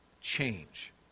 change